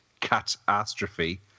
catastrophe